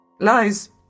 Lies